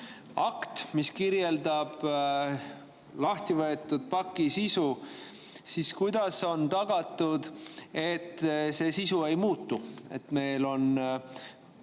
mis kirjeldab lahtivõetud paki sisu, siis kuidas on tagatud, et see sisu ei muutu. Meil